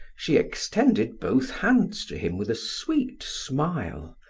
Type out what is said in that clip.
she extended both hands to him with a sweet smile,